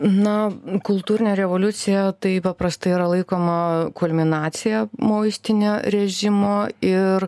na kultūrinė revoliucija tai paprastai yra laikoma kulminacija moistinio režimo ir